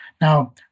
Now